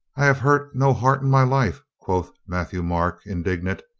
i have hurt no heart in my life, quoth mat thieu-marc indignant,